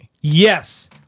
Yes